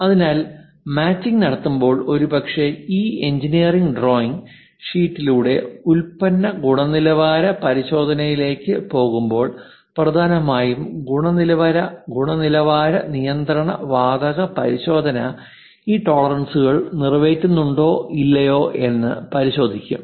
അതിനാൽ മാച്ചിംഗ് നടത്തുമ്പോൾ ഒരുപക്ഷേ ഈ എഞ്ചിനീയറിംഗ് ഡ്രോയിംഗ് ഷീറ്റിലൂടെ ഉൽപ്പന്ന ഗുണനിലവാര പരിശോധനയിലേക്ക് പോകുമ്പോൾ പ്രധാനമായും ഗുണനിലവാര നിയന്ത്രണ വാതക പരിശോധന ഈ ടോളറൻസുകൾ നിറവേറ്റുന്നുണ്ടോ ഇല്ലയോ എന്ന് പരിശോധിക്കും